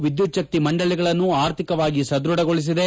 ಎದ್ದುತ್ಳಕ್ತಿ ಮಂಡಳಗಳನ್ನು ಆರ್ಥಿಕವಾಗಿ ಸದ್ದಢಗೊಳಿಸಿದೆ